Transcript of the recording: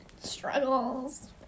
Struggles